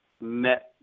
met